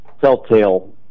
telltale